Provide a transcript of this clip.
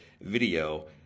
video